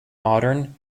modern